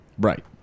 right